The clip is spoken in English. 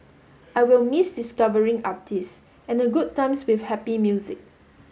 I will miss discovering artists and the good times with happy music